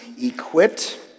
equipped